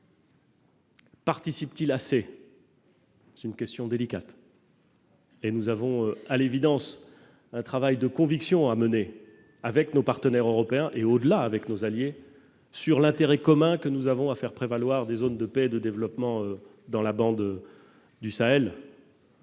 participent-ils assez ? C'est une question délicate et nous avons, à l'évidence, un travail de conviction à mener avec nos partenaires européens- et, au-delà, avec nos alliés -sur l'intérêt commun que nous avons à faire prévaloir des zones de paix et de développement dans la bande du Sahel,